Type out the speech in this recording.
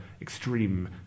extreme